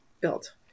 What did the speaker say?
built